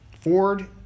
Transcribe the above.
Ford